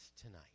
tonight